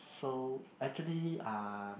so actually ah